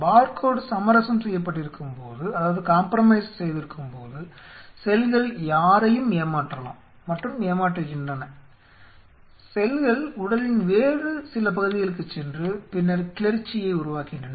barcode சமரசம் செய்யப்பட்டிருக்கும்போது செல்கள் யாரையும் ஏமாற்றலாம் மற்றும் ஏமாற்றுகின்றன செல்கள் உடலின் வேறு சில பகுதிகளுக்குச் சென்று பின்னர் கிளர்ச்சியை உருவாக்குகின்றன